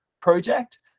project